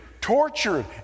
tortured